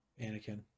Anakin